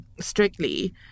Strictly